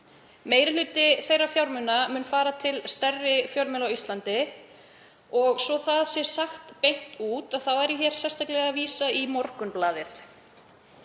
Stærsti hluti þeirra fjármuna mun fara til stærri fjölmiðla á Íslandi og svo það sé sagt beint út og þá er ég sérstaklega að vísa í Morgunblaðið.